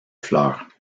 fleurs